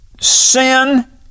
Sin